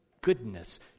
goodness